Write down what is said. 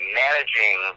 managing